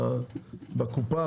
בקופה,